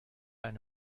eine